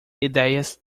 ideias